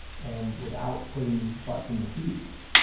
and without putting butts in the seats,